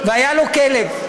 והיה לו כלב.